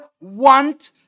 want